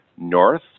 north